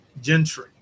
gentry